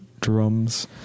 drums